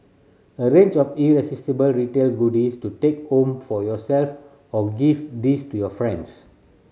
a range of irresistible retail goodies to take home for yourself or gift these to your friends